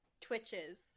Twitches